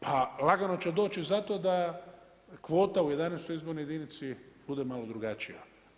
Pa lagano će doći za to da kvota u 11. izbornoj jedinici bude malo drugačija.